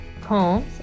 combs